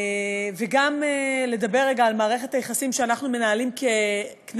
וגם לדבר רגע על מערכת היחסים שאנחנו מנהלים ככנסת,